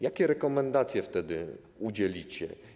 Jakie rekomendacje wtedy udzielicie?